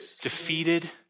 defeated